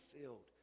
filled